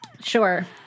Sure